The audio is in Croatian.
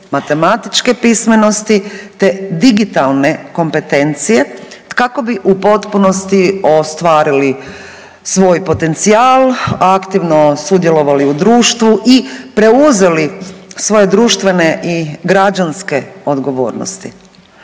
matematičke pismenosti te digitalne kompetencije kako bi u potpunosti ostvarili svoj potencijal, aktivno sudjelovali u društvu i preuzeli svoje društvene i građanske odgovornosti.